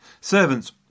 Servants